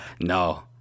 no